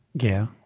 yeah.